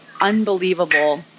unbelievable